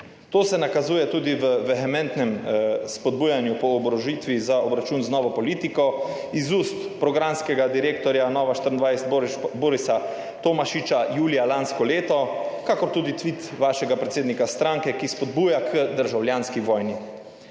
To se nakazuje tudi v vehementnem spodbujanju po oborožitvi za obračun z novo politiko iz ust programskega direktorja Nova24 Borisa Tomašiča julija lansko leto, kakor tudi tvit vašega predsednika stranke, ki spodbuja k državljanski vojni.